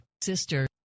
Sister